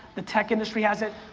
the tech industry has it,